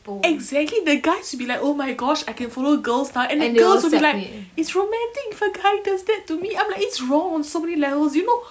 exactly the guys will be like oh my gosh I can follow girls now and the girls will be like it's romantic if a guy does that to me I'm like it's wrong on so many levels do you know